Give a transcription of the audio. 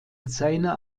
seiner